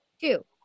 Two